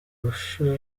mashusho